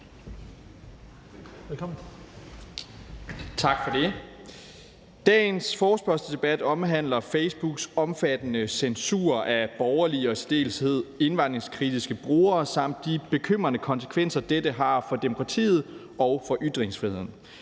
Dagens forespørgselsdebat omhandler Facebooks omfattende censur af borgerlige og i særdeleshed indvandringskritiske brugere samt de bekymrende konsekvenser, dette har for demokratiet og for ytringsfriheden.